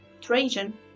Trajan